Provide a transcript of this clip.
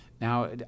Now